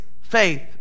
faith